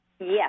Yes